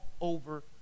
over